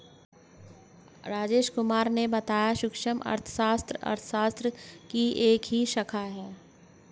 राजेश कुमार ने बताया कि सूक्ष्म अर्थशास्त्र अर्थशास्त्र की ही एक शाखा है